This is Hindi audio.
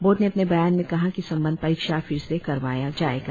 बोर्ड ने अपने बयान में कहा की संबंद्व परीक्षा फिर से करवाया जाएगा